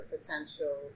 potential